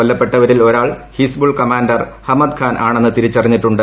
കൊല്ലപ്പെട്ടവരിൽ ഒരാൾ ഹിസ്ബുൾ കമാൻഡർ ഹമദ് ഖാൻ ആണെന്ന് തിരിച്ചറിഞ്ഞിട്ടുണ്ട്